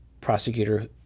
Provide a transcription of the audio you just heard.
prosecutor